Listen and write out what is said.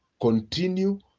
continue